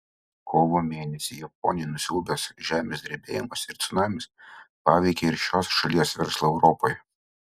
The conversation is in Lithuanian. kovo mėnesį japoniją nusiaubęs žemės drebėjimas ir cunamis paveikė ir šios šalies verslą europoje